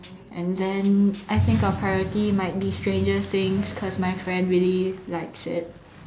and then I think our priority might be Stranger Things because my friend really likes it